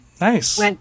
Nice